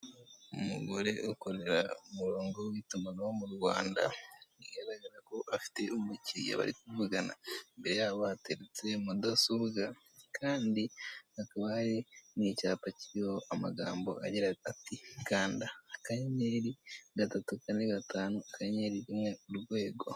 Umugore ukorera umurongo w'itumanaho mu Rwanda, bigaragara ko afite umukiriya bari kuvugana, imbere yabo hateretse mudasobwa kandi hakaba hari n'icyapa kiriho amagambo agira ati "kanda akayenyeri gatatu kane gatanu akanyenyeri rimwe urwego.